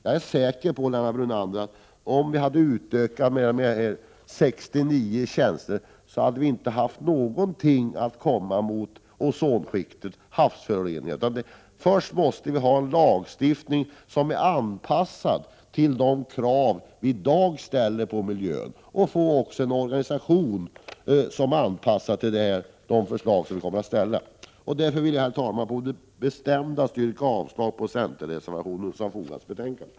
Jag är säker på, Lennart Brunander, att om vi hade utökat med de nämnda 69 tjänsterna, hade vi inte haft någonting att sätta in för att lösa problemen med ozonskiktet och havsföroreningarna. Först måste vi ha en lagstiftning som är anpassad till de krav vi i dag ställer på miljön. Sedan måste vi också få en organisation som är anpassad till de förslag vi kommer att ställa. Därför vill jag, herr talman, på det bestämdaste yrka avslag på centerreservationen som fogats till betänkandet.